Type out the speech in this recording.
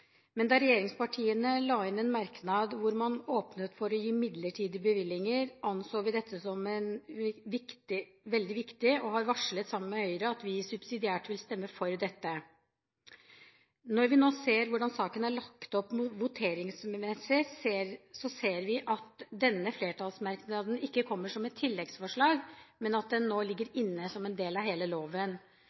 men da regjeringspartiene la inn en merknad hvor man åpnet for å gi midlertidige bevillinger, anså vi dette som veldig viktig og har sammen med Høyre varslet at vi subsidiært vil stemme for dette. Når vi nå ser hvordan saken er lagt opp voteringsmessig, ser vi at denne flertallsmerknaden ikke kommer som et tilleggsforslag, men at den nå ligger inne som en del av loven.